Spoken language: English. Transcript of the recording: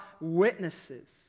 witnesses